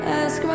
ask